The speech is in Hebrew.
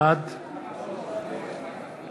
בעד